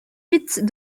vite